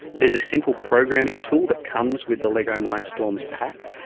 there's a simple programming tool that comes with the lego mindstorms pack.